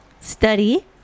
study